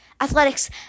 athletics